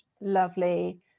lovely